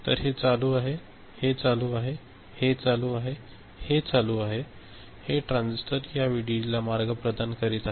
तर हे चालू आहे हे चालू आहे हे चालू आहे हे चालू आहे हे ट्रान्झिस्टर या व्हीडीडीला मार्ग प्रदान करीत आहेत